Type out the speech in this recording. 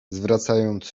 zwracając